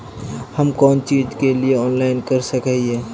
हम कोन चीज के लिए ऑनलाइन कर सके हिये?